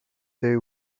they